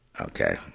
Okay